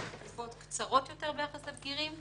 הן תקופות קצרות יותר ביחס לבגירים?